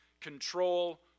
control